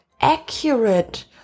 accurate